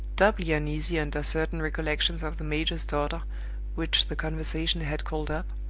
doubly uneasy under certain recollections of the major's daughter which the conversation had called up,